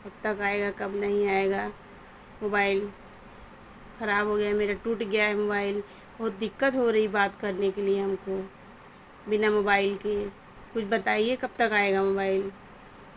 کب تک آئے گا کب نہیں آئے گا موبائل خراب ہو گیا ہے میرا ٹوٹ گیا ہے موبائل بہت دقت ہو رہی بات کرنے کے لیے ہم کو بنا موبائل کے کچھ بتائیے کب تک آئے گا موبائل